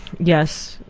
yes,